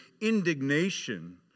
indignation